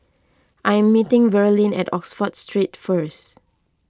I am meeting Verlyn at Oxford Street first